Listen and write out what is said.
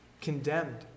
condemned